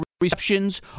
receptions